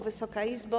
Wysoka Izbo!